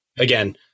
Again